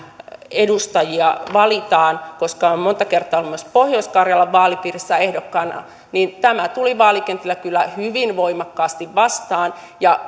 edustajia valitaan koska olen monta kertaa ollut myös pohjois karjalan vaalipiirissä ehdokkaana tuli vaalikentillä kyllä hyvin voimakkaasti vastaan